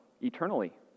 eternally